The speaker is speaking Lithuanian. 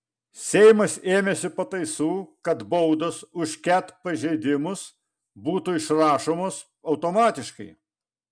seimas ėmėsi pataisų kad baudos už ket pažeidimus būtų išrašomos automatiškai